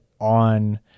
on